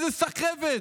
איזה סחבת.